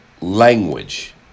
language